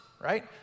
right